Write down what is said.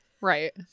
Right